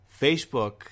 Facebook